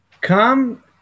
Come